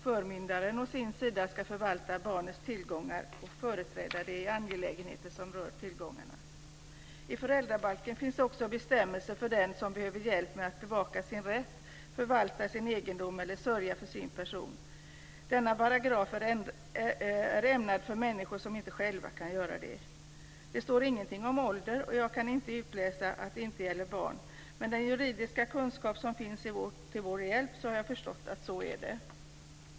Förmyndaren å sin sida ska förvalta barnets tillgångar och företräda det i angelägenheter som rör tillgångarna. I föräldrabalken finns också bestämmelser för den som behöver hjälp med att bevaka sin rätt, förvalta sin egendom eller sörja för sin person. Denna paragraf är ämnad för människor som inte själv kan göra detta. Det står ingenting om ålder, och jag kan inte utläsa att det inte gäller barn. Men med den juridiska kunskap som finns till vår hjälp har jag förstått att så är det.